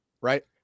right